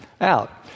out